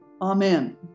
Amen